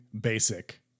basic